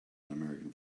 american